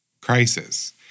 crisis